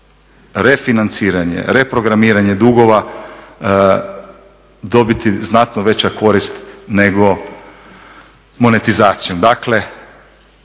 refinanciranje, reprogramiranje dugova dobiti znatno veća korist nego monetizacijom.